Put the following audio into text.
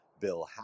Bill